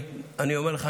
אני אומר לך,